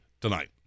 tonight